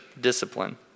discipline